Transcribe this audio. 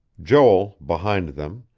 joel, behind them,